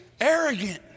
Arrogant